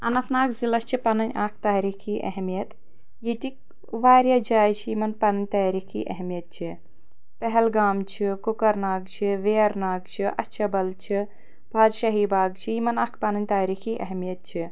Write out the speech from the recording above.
اننت ناگ ضلعَس چھِ پَنٕنۍ اکھ تٲریٖخی اہمیت ییٚتِکۍ واریاہ جایہِ چھِ یمن پَنٕنۍ تٲریٖخی اہمیت چھِ پہلگام چھُ کۄکرناگ چھُ وییَرناگ چھُ اَچھَہ بل چھُ پادشٲہی باغ چھ یِمن اکھ پَنٕنۍ تٲریٖخی اہمیت چھِ